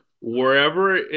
wherever